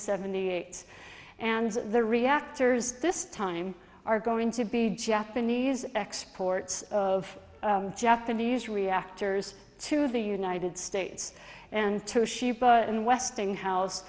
seventy eight and the reactors this time are going to be japanese exports of japanese reactors to the united states and toshiba and westinghouse